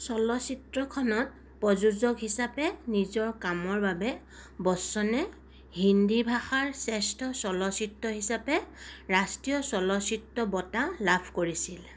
চলচ্চিত্ৰখনত প্ৰযোজক হিচাপে নিজৰ কামৰ বাবে বচ্চনে হিন্দী ভাষাৰ শ্ৰেষ্ঠ চলচ্চিত্ৰ হিচাপে ৰাষ্ট্ৰীয় চলচ্চিত্ৰ বঁটা লাভ কৰিছিল